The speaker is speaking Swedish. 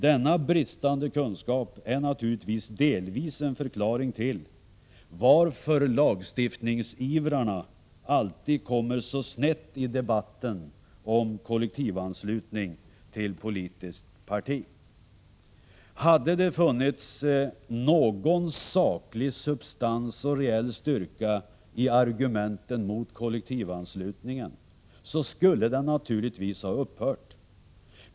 Denna bristande kunskap är naturligtvis delvis en förklaring till att lagstiftningsivrarna alltid kommer så snett i debatten om kollektivanslutning till politiskt parti. Hade det funnits någon saklig substans och reell styrka i argumenten mot kollektivanslutningen, skulle den naturligtvis ha upphört.